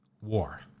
war